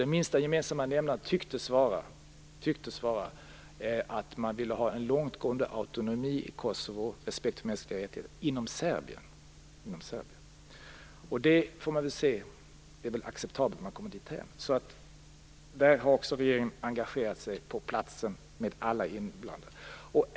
Den minsta gemensamma nämnaren tycktes vara att man vill ha en långtgående autonomi i Kosovo och respekt för mänskliga rättigheter inom Serbien. Det är väl acceptabelt att de har kommit dithän. Här har också regeringen engagerat sig på plats med alla iblandade.